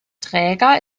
träger